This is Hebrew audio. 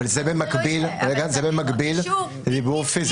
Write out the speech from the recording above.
אבל זה במקביל לדיוור פיזי.